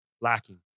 lacking